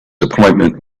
appointment